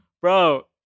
Bro